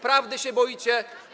Prawdy się boicie.